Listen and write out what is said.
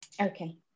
Okay